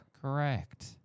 Correct